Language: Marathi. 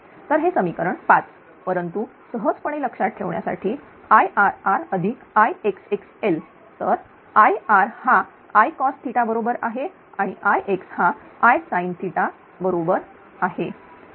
तर हे समीकरण 5 परंतु सहजपणे लक्षात ठेवण्यासाठी IrrIxxl तर Ir हा Icos बरोबर आहे आणि Ix हा Isin बरोबर आहे